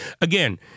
again